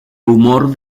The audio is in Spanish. humor